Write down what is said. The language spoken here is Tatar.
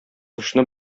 эшне